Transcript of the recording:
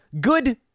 Good